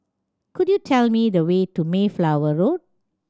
could you tell me the way to Mayflower Road